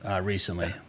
recently